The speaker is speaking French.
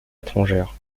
étrangères